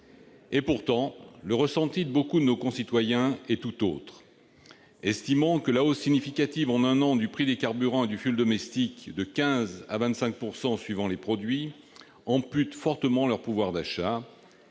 Et pourtant, le ressenti de beaucoup de nos concitoyens est tout autre : ils estiment que la hausse significative du prix des carburants et du fioul domestique- hausse de 15 % à 25 % suivant les produits -ampute fortement leur pouvoir d'achat.